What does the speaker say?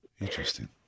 Interesting